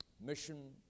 Mission